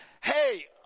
Hey